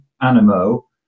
Animo